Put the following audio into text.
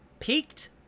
peaked